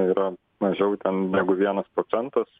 yra mažiau ten negu vienas procentas